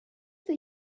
that